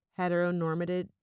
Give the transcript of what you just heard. Heteronormative